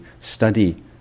study